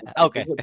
Okay